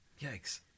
Yikes